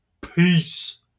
Peace